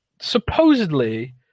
Supposedly